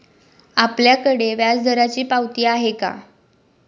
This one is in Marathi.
आपल्याकडे व्याजदराची पावती आहे का?